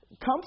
come